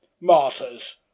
martyrs